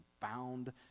found